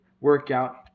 workout